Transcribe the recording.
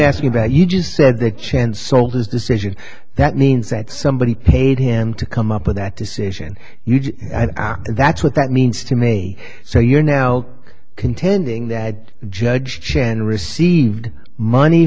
asking about you just said that chance sold his decision that means that somebody paid him to come up with that decision huge that's what that means to me so you're now contending that judge chen received money